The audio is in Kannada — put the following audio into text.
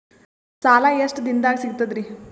ಸಾಲಾ ಎಷ್ಟ ದಿಂನದಾಗ ಸಿಗ್ತದ್ರಿ?